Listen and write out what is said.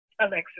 Alexis